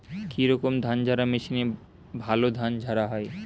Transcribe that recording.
কি রকম ধানঝাড়া মেশিনে ভালো ধান ঝাড়া হয়?